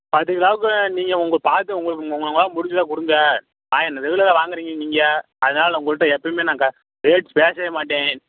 பத்துக் கிலோவுக்கு நீங்கள் உங்கள் பார்த்து உங்களுக்கு உங்களால முடிஞ்சதை கொடுங்க நான் என்ன ரெகுலராக வாங்குறீங்க இங்கே நீங்கள் அதனால் நான் உங்கள்கிட்ட எப்போயுமே நான் க ரேட் பேசவே மாட்டேன்